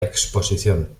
exposición